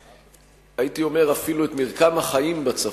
הייתי אומר אפילו את מרקם החיים בצפון,